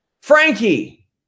Frankie